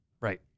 Right